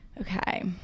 Okay